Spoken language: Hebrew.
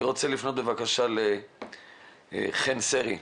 אני רוצה לפנות לעו"ד חן סרי.